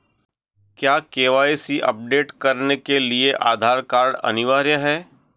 क्या KYC update करने के लिए आधार कार्ड अनिवार्य है?